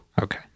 Okay